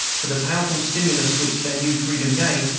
for the powerful stimulus which their new freedom gave,